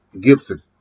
Gibson